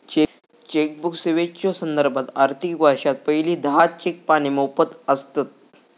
chequebook सेवेच्यो संदर्भात, आर्थिक वर्षात पहिली दहा चेक पाने मोफत आसतत